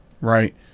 Right